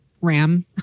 RAM